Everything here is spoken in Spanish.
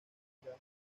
gira